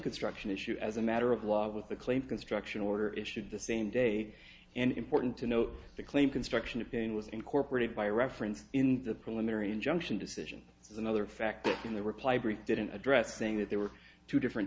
construction issue as a matter of law with the claim construction order issued the same day and important to note the claim construction of pain was incorporated by reference in the preliminary injunction decision is another factor in the reply brief didn't address saying that there were two different